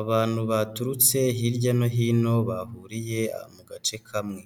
Abantu baturutse hirya no hino bahuriye mu gace kamwe.